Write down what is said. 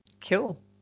Cool